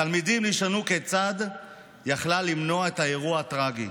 התלמידים נשאלו כיצד היא יכלה למנוע את האירוע הטרגי,